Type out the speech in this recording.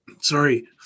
sorry